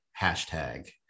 hashtag